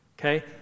Okay